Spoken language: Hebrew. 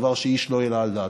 דבר שאיש לא העלה על דעתו,